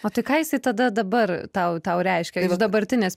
o tai ką jisai tada dabar tau tau reiškia iš dabartinės